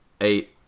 eight